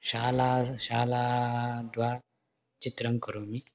शाला शालाद्वा चित्रं करोमि